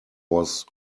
was